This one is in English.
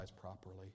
properly